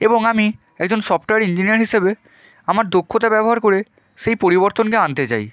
এবং আমি একজন সফটওয়্যার ইঞ্জিনিয়ার হিসেবে আমার দক্ষতা ব্যবহার করে সেই পরিবর্তনকে আনতে চাই